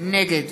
נגד